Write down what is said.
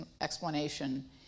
explanation